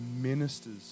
ministers